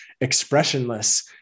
expressionless